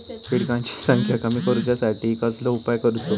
किटकांची संख्या कमी करुच्यासाठी कसलो उपाय करूचो?